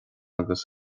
agus